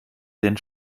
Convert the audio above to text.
denn